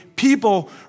people